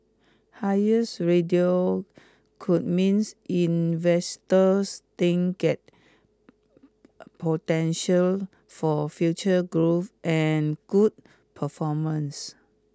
highers radio could means investors think got potential for future growth and good performance